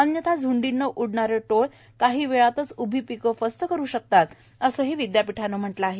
अन्यथा झुंडीनं उडणारे टोळ काही वेळातच उभी पिकं फस्त करु शकतात असं विद्यापीठानं म्हटलं आहे